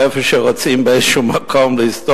איפה שרוצים לסתום,